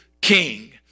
king